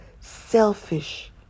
selfish